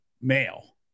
male